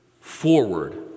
forward